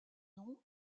nom